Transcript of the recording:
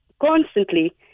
constantly